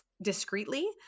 discreetly